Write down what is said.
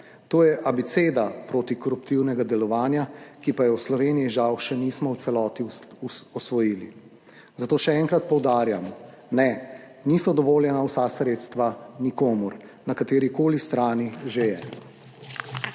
To je abeceda protikoruptivnega delovanja, ki pa je v Sloveniji žal še nismo v celoti osvojili, zato še enkrat poudarjam, ne, niso dovoljena vsa sredstva nikomur na katerikoli strani že je.